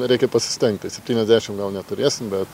reikia pasistengt tai septyniasdešim gal neturėsim bet